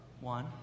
one